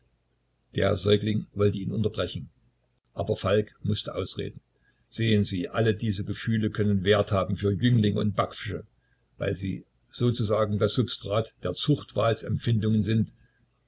der säugling wollte ihn unterbrechen aber falk mußte ausreden sehen sie alle diese gefühle können wert haben für jünglinge und backfische weil sie sozusagen das substrat der zuchtwahlsempfindungen sind